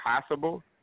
possible